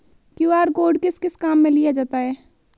QR code किस किस काम में लिया जाता है?